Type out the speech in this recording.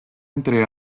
entre